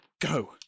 Go